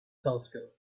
telescope